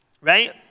right